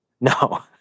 No